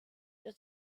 der